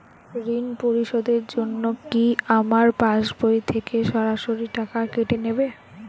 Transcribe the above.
ঋণ পরিশোধের জন্য কি আমার পাশবই থেকে সরাসরি টাকা কেটে নেবে?